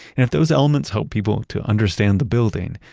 and if those elements help people to understand the building,